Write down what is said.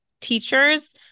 teachers